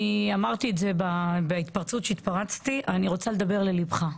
אמרתי בהתפרצות שהתפרצתי - אני רוצה לדבר לליבך.